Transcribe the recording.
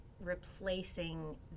replacing